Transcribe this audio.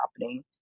happening